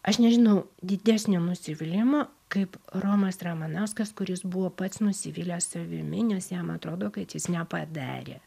aš nežinau didesnio nusivylimo kaip romas ramanauskas kuris buvo pats nusivylęs savimi nes jam atrodo kad jis nepadarė